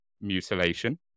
mutilation